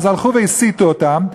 הלכו והסיתו אותם.